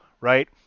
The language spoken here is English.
right